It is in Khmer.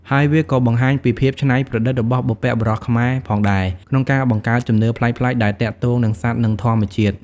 ហើយវាក៏បង្ហាញពីភាពច្នៃប្រឌិតរបស់បុព្វបុរសខ្មែរផងដែរ ក្នុងការបង្កើតជំនឿប្លែកៗដែលទាក់ទងនឹងសត្វនិងធម្មជាតិ។